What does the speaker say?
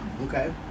okay